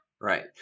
Right